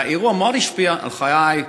והאירוע מאוד השפיע על חיי,